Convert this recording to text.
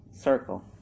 circle